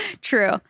true